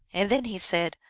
and then he said,